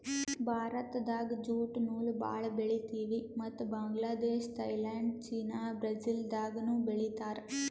ಭಾರತ್ದಾಗ್ ಜ್ಯೂಟ್ ನೂಲ್ ಭಾಳ್ ಬೆಳಿತೀವಿ ಮತ್ತ್ ಬಾಂಗ್ಲಾದೇಶ್ ಥೈಲ್ಯಾಂಡ್ ಚೀನಾ ಬ್ರೆಜಿಲ್ದಾಗನೂ ಬೆಳೀತಾರ್